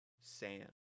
sand